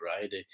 right